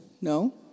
No